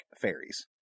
fairies